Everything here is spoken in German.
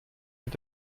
mit